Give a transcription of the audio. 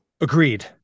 Agreed